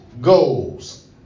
goals